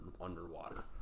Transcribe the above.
underwater